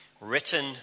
written